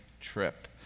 trip